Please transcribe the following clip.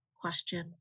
question